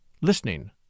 listening